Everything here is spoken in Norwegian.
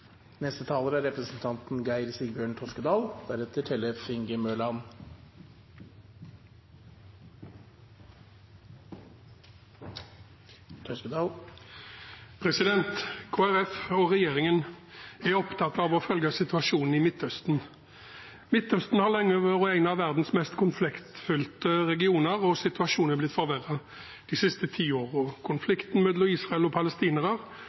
og regjeringen er opptatt av å følge situasjonen i Midtøsten. Midtøsten har lenge vært en av verdens mest konfliktfylte regioner, og situasjonen er blitt forverret de siste ti årene. Konflikten mellom Israel og palestinere,